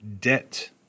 debt